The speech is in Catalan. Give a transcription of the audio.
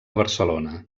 barcelona